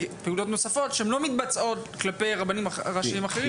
פעילויות נוספות שהן לא מתבצעות כלפי רבנים ראשיים אחרים?